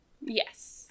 Yes